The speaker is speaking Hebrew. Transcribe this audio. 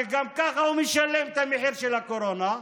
שגם ככה משלם את המחיר של הקורונה,